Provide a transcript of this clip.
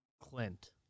Clint